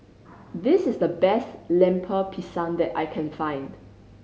this is the best Lemper Pisang that I can find